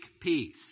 peace